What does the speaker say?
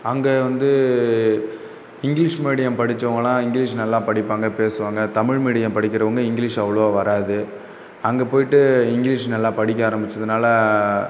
அங்கே வந்து English medium படித்தவங்கள்லாம் இங்கிலிஷ் நல்லா படிப்பாங்க பேசுவாங்க தமிழ் மீடியம் படிக்கிறவங்க இங்கிலிஷ் அவ்வளோவா வராது அங்கே போயிட்டு இங்கிலிஷ் நல்லா படிக்க ஆரம்பித்ததுனால